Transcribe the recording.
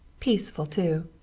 peaceful, too.